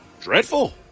dreadful